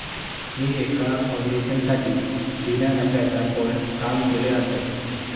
मी एका फाउंडेशनसाठी बिना नफ्याचा पण काम केलय आसय